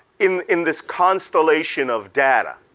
in in this constellation of data,